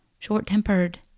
short-tempered